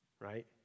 right